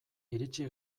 iritsi